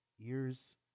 ears